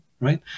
right